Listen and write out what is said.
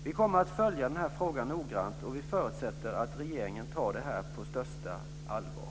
Vi kommer att följa denna fråga noggrant, och vi förutsätter att regeringen tar det här på största allvar.